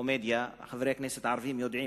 וחברי הכנסת הערבים יודעים,